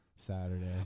saturday